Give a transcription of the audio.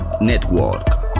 Network